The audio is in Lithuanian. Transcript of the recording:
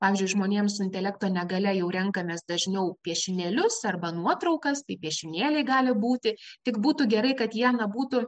pavyzdžiui žmonėm su intelekto negalia jau renkamės dažniau piešinėlius arba nuotraukas tai piešinėliai gali būti tik būtų gerai kad jie na būtų